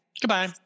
Goodbye